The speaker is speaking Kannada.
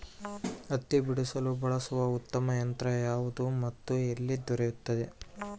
ಹತ್ತಿ ಬಿಡಿಸಲು ಬಳಸುವ ಉತ್ತಮ ಯಂತ್ರ ಯಾವುದು ಮತ್ತು ಎಲ್ಲಿ ದೊರೆಯುತ್ತದೆ?